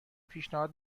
پیشنهاد